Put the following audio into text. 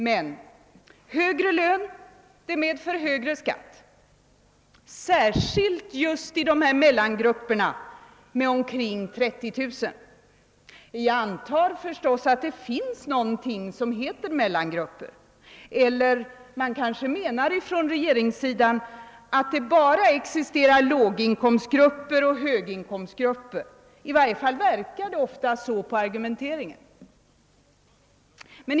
Men högre lön medför högre skatt, särskilt just i mellangrupperna med inkomster omkring 30 000 kronor. Jag antar förstås att det finns någonting som heter mellangrupper. Eller man kanske menar från regeringssidan att det bara existerar låginkomstgrupper och höginkomstgrupper? I varje fall verkar det ofta så på argumenteringen.